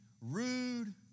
rude